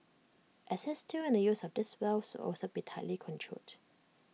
access to and the use of these wells will also be tightly controlled